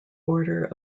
order